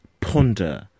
ponder